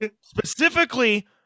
specifically